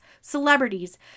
celebrities